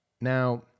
Now